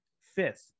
fifth